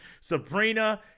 Sabrina